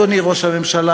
אדוני ראש הממשלה,